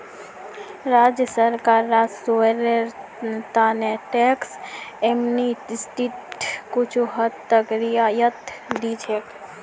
राज्य सरकार राजस्वेर त न टैक्स एमनेस्टीत कुछू हद तक रियायत दी छेक